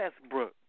Westbrook